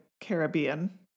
Caribbean